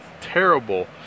terrible